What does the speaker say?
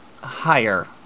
higher